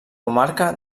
comarca